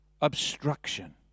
obstruction